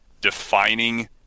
defining